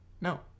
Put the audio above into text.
No